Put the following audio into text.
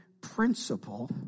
principle